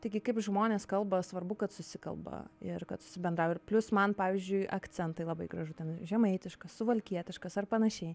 taigi kaip žmonės kalba svarbu kad susikalba ir kad susibendrauja ir plius man pavyzdžiui akcentai labai gražu ten žemaitiškas suvalkietiškas ar panašiai